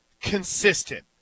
Consistent